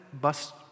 bus